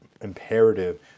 imperative